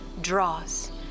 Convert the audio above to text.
draws